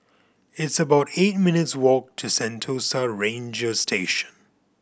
it's about eight minutes' walk to Sentosa Ranger Station